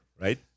Right